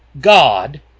God